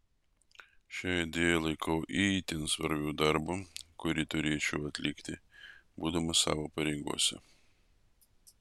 šią idėją laikau itin svarbiu darbu kurį turėčiau atlikti būdamas savo pareigose